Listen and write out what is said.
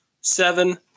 seven